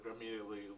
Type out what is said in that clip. immediately